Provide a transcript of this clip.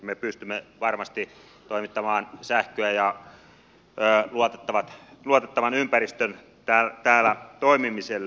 me pystymme varmasti toimittamaan sähköä ja luotettavan ympäristön täällä toimimiselle